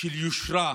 של יושרה,